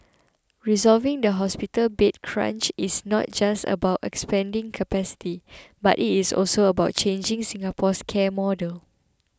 resolving the hospital bed crunch is not just about expanding capacity but it is also about changing Singapore's care model